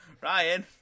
Ryan